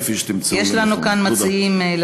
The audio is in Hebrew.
כפי שתמצאו לנכון.